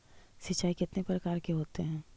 सिंचाई कितने प्रकार के होते हैं?